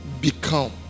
become